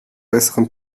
besseren